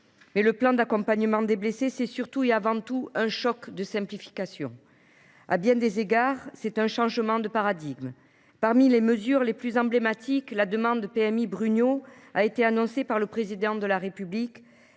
mer. Le plan d’accompagnement des blessés, c’est surtout et avant tout un choc de simplification. À bien des égards, nous changeons de paradigme. Parmi les mesures les plus emblématiques, la demande unique PMI Brugnot a été annoncée par le Président de la République.